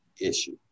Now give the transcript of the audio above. issue